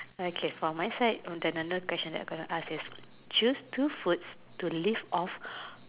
okay for my side on the another question that I gonna ask is choose two food to live off